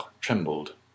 trembled